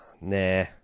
Nah